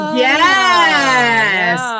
yes